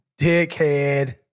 Dickhead